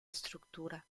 estructura